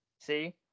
See